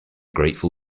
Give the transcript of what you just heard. grateful